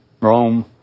Rome